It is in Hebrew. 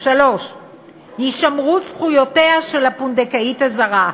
3. יישמרו זכויותיה של הפונדקאות הזרה,